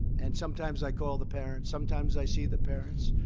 and sometimes i call the parents. sometimes i see the parents.